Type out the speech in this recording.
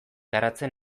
garatzen